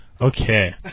Okay